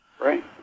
Right